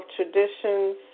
Traditions